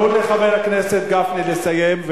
תנו לחבר הכנסת גפני לסיים.